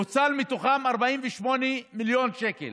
ונוצלו מתוכם 48 מיליון שקל.